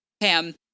Pam